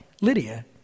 Lydia